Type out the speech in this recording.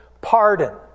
pardon